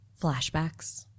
flashbacks